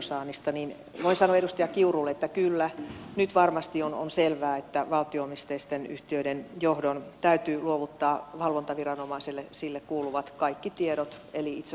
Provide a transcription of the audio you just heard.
voin sanoa edustaja kiurulle että kyllä nyt varmasti on selvää että valtio omisteisten yhtiöiden johdon täytyy luovuttaa valvontaviranomaiselle kaikki sille kuuluvat tiedot eli itse asiassa ilman rajoituksia